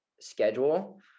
schedule